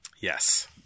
Yes